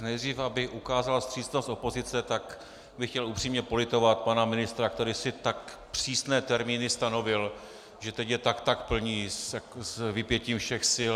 Nejdříve, abych ukázal vstřícnost opozice, tak bych chtěl upřímně politovat pana ministra, který si tak přísné termíny stanovil, že teď je tak tak plní s vypětím všech sil.